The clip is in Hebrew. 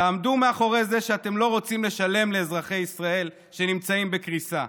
תעמדו מאחורי זה שאתם לא רוצים לשלם לאזרחי ישראל שנמצאים בקריסה.